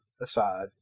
aside